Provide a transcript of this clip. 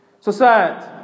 Society